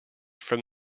from